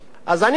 אז אני אומר